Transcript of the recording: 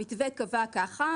המתווה קבע ככה,